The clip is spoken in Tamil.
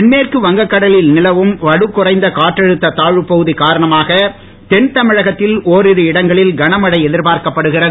தென்மேற்கு வங்கக் கடலில் நிலவும் வலுக்குறைந்த காற்றழுத்த தாழ்வுப் பகுதி காரணமாக தென் தமிழகத்தில் ஒரிரு இடங்களில் கனமழை எதிர்பார்க்கப்படுகிறது